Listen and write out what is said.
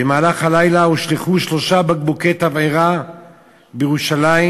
בלילה הושלכו שלושה בקבוקי תבערה בירושלים,